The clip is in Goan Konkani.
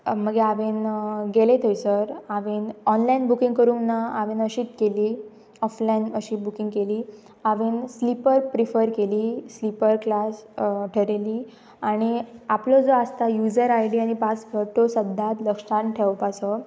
मागी हांवें गेले थंयसर हांवें ऑनलायन बुकींग करूंक ना हांवें अशीच केली ऑफलायन अशी बुकींग केली हांवें स्लीपर प्रिफर केली स्लीपर क्लास थारायली आनी आपलो जो आसता युजर आय डी आनी पासवर्ड तो सद्या लक्षान ठेवपाचो